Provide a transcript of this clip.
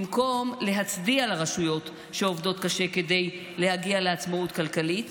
במקום להצדיע לרשויות שעובדות קשה כדי להגיע לעצמאות כלכלית,